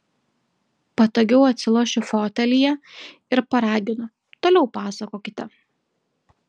patogiau atsilošiu fotelyje ir paraginu toliau pasakokite